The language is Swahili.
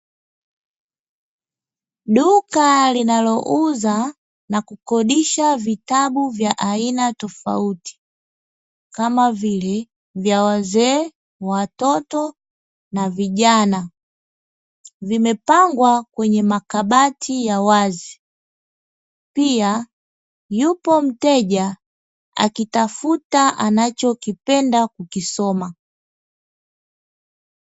Duka linalouza na kukodisha vitabu vya aina tofauti, kama vile vya wazee, watoto, na vijana. Vimepangwa kwenye makabati ya wazi, pia yupo mteja akitafuta anachokipenda.